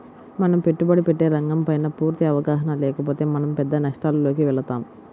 మనం పెట్టుబడి పెట్టే రంగంపైన పూర్తి అవగాహన లేకపోతే మనం పెద్ద నష్టాలలోకి వెళతాం